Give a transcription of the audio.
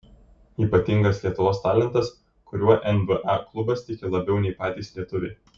ypatingas lietuvos talentas kuriuo nba klubas tiki labiau nei patys lietuviai